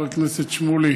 חבר הכנסת שמולי,